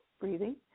Breathing